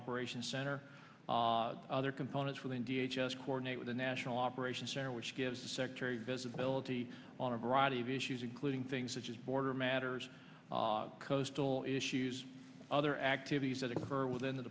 operations center other components within da just coordinate with the national operations center which gives the secretary visibility on a variety of issues including things such as border matters coastal issues other activities that occur within the